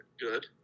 good